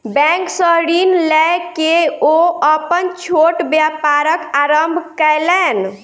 bank सॅ ऋण लय के ओ अपन छोट व्यापारक आरम्भ कयलैन